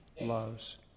loves